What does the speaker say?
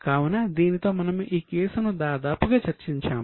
కావున దీనితో మనము ఈ కేసును దాదాపుగా చర్చించాము